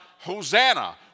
Hosanna